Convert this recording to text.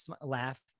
laugh